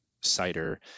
cider